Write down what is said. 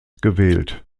gewählt